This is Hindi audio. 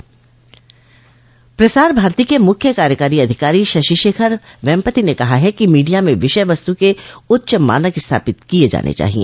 प्रसार भारती के मुख्य कार्यकारी अधिकारी शशि शेखर वेम्पति ने कहा है कि मोडिया में विषय वस्तू के उच्च मानक स्थापित किए जाने चाहिए